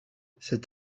cet